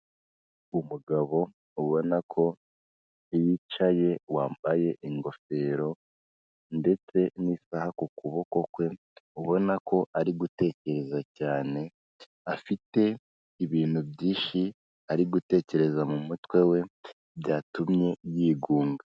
Umugabo ubona ko yicaye wambaye ingofero ndetse n'isaha ku kuboko kwe, ubona ko ari gutekereza cyane afite ibintu byinshi ari gutekereza mu mutwe we, byatumye yigunga.